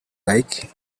like